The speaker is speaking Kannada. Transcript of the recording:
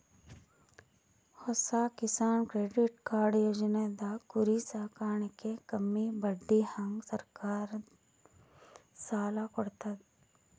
ಹೊಸ ಕಿಸಾನ್ ಕ್ರೆಡಿಟ್ ಕಾರ್ಡ್ ಯೋಜನೆದಾಗ್ ಕುರಿ ಸಾಕಾಣಿಕೆಗ್ ಕಮ್ಮಿ ಬಡ್ಡಿಹಂಗ್ ಸರ್ಕಾರ್ ಸಾಲ ಕೊಡ್ತದ್